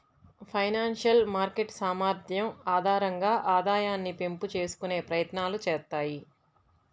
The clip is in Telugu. ఫైనాన్షియల్ మార్కెట్ సామర్థ్యం ఆధారంగా ఆదాయాన్ని పెంపు చేసుకునే ప్రయత్నాలు చేత్తాయి